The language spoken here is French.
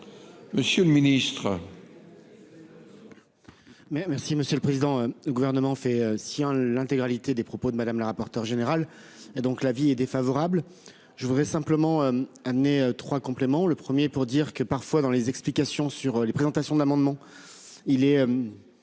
Monsieur le ministre,